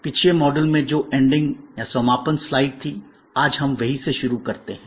पिछले मॉड्यूल में जो एंडिंग समापन स्लाइड थी आज हम वहीँ से शुरू करते हैं